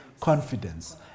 confidence